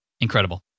Incredible